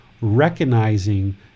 recognizing